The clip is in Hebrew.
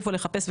איפה לחפש?